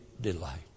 delight